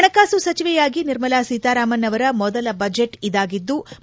ಪಣಕಾಸು ಸಚಿವೆಯಾಗಿ ನಿರ್ಮಲಾ ಸೀತಾರಾಮನ್ ಅವರ ಮೊದಲ ಬಜೆಟ್ ಇದಾಗಿದ್ಲು